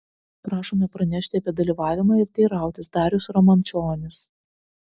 prašome pranešti apie dalyvavimą ir teirautis darius ramančionis